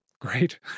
Great